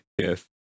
Yes